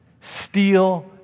Steal